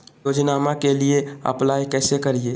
योजनामा के लिए अप्लाई कैसे करिए?